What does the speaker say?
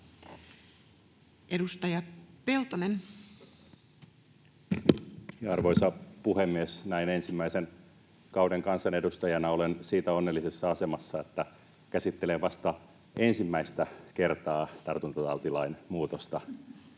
Edustaja Peltonen. Arvoisa puhemies! Näin ensimmäisen kauden kansanedustajana olen siitä onnellisessa asemassa, että käsittelen vasta ensimmäistä kertaa tartuntatautilain muutosta.